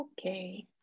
Okay